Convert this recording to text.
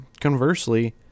conversely